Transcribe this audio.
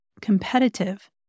competitive